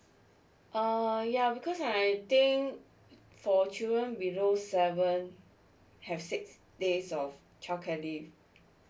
uh ya because I think for children below seven have six days of childcare leave